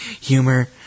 humor